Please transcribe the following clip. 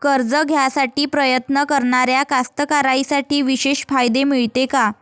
कर्ज घ्यासाठी प्रयत्न करणाऱ्या कास्तकाराइसाठी विशेष फायदे मिळते का?